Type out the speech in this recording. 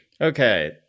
okay